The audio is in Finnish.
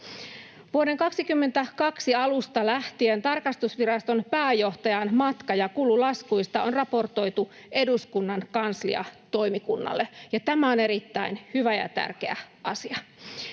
Vuoden 22 alusta lähtien tarkastusviraston pääjohtajan matka‑ ja kululaskuista on raportoitu eduskunnan kansliatoimikunnalle, ja tämä on erittäin hyvä ja tärkeä asia.